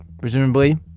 Presumably